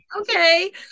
Okay